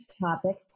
topic